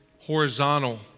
horizontal